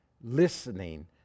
listening